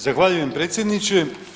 Zahvaljujem predsjedniče.